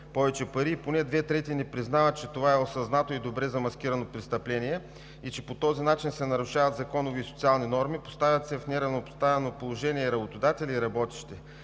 повече пари. Поне две трети не признават, че това е осъзнато и добре замаскирано престъпление, че по този начин се нарушават законови и социални норми, поставят се в неравнопоставено положение и работодатели, и работещи,